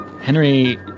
Henry